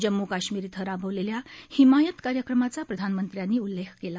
जम्मू काश्मीर इथं राबवलेल्या हिमायत कार्यक्रमाचा प्रधानमंत्र्यांनी उल्लेख केला